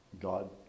God